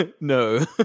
No